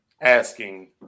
asking